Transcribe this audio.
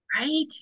right